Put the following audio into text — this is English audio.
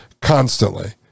constantly